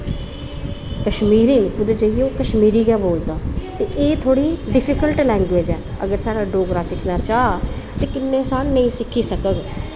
कश्मीरी न कुदै जाइयै कश्मीरी गै बोलदा ते एह् थोह्ड़ी डिफिकल्ट लैंग्वेज़ ऐ अगर साढ़ा डोगरा सिक्खना चाह् ते किन्ने साल नेईं सिक्खी सकग